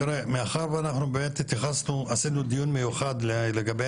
מאחר ואנחנו עשינו דיון מיוחד לגבי